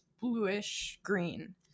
bluish-green